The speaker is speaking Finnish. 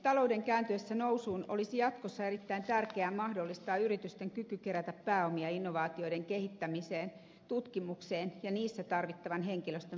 talouden kääntyessä nousuun olisi jatkossa erittäin tärkeää mahdollistaa yritysten kyky kerätä pääomia innovaatioiden kehittämiseen ja tutkimukseen ja niissä tarvittavan henkilöstön palkkaukseen